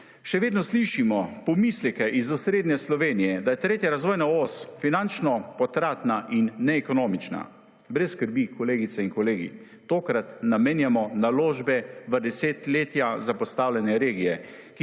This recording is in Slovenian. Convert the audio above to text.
Še vedno slišimo pomisleke iz osrednje Slovenije, da je tretja razvojna os finančno potratna in neekonomična. Brez skrbi, kolegice in kolegi, tokrat namenjamo naložbe v desetletja zapostavljene regije,